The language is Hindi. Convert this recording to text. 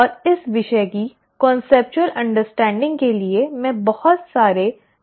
और इस विषय की वैचारिक समझ के लिए मैं बहुत सारे विवरण छोड़ रही हूं